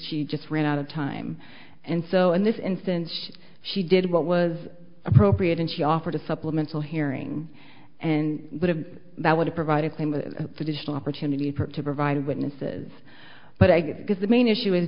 she just ran out of time and so in this instance she did what was appropriate and she offered a supplemental hearing and that would provide a traditional opportunity of her to provide witnesses but i guess the main issue is